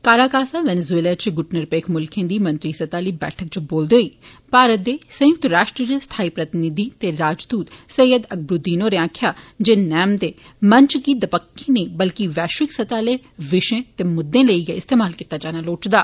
Caracas Venezuela च गुट निरपेक्ष मुलखे दी मंत्री सतह आह्ली बैठक च बोलदे भारत दे सयुक्त राश्ट्र च स्थाई प्रतिनिधि ते राजदूत सैय्यद अकबरूद्वीन होरें आक्खेया जे नाम दे मंच गी दपक्खी नेंई बल्कि वैषिवक सतह आह्ले विषें ते मुद्दें लेई गै इस्तेमाल कीत्ता जाना लोढ़चदा